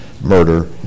murder